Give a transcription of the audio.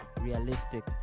realistic